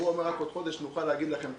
הוא אמר: רק בעוד חודש נוכל להגיד לכם תשובה.